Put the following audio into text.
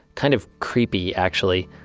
kind of creepy, actually.